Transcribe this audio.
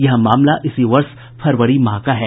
यह मामला इसी वर्ष फरवरी माह का है